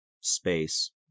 space